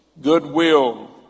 goodwill